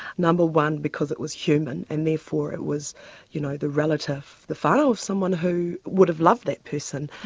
number one, because it was human and therefore it was you know the relative, the father of someone who would have loved that person,